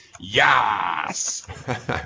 Yes